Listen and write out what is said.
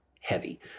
heavy